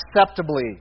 acceptably